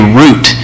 root